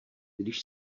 když